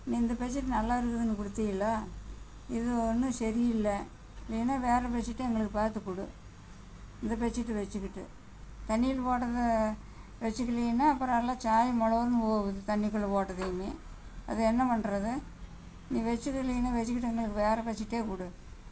நீ இந்த bed sheet நல்லா இருக்குதுன்னு கொடுத்திங்கல்லோ இது ஒன்றும் சரியில்ல வேண்ணா வேறு பெட் ஷீட்டை எங்களுக்கு பார்த்து கொடு இந்த பெட் ஷீட்டை வெச்சுக்கிட்டு தண்ணியில் போட்டதை வெச்சிக்கிலேன்னா அப்புறம் எல்லா சாயம் போன போகுது தண்ணிக்குள்ளே போட்டதுமே அது என்ன பண்ணுறது நீ வெச்சுட்டு நீனே வெச்சுக்கிட்டு எனக்கு வேறு பெட் ஷீட்டே கொடு